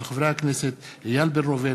של חברי הכנסת איל בן ראובן,